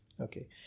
Okay